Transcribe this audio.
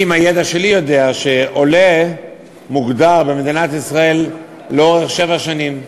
אני עם הידע שלי יודע שעולה מוכר במדינת ישראל לאורך שבע שנים.